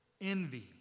envy